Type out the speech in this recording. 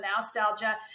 nostalgia